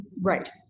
right